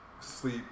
sleep